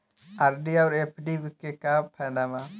RD आउर FD के का फायदा बा?